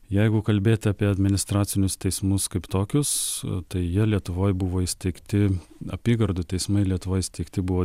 jeigu kalbėti apie administracinius teismus kaip tokius tai jie lietuvoj buvo įsteigti apygardų teismai lietuvoj įsteigti buvo